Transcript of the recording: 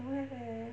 don't have leh